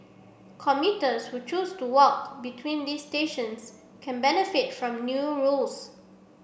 commuters who choose to walk between these stations can benefit from new rules